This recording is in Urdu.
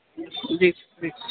جی جی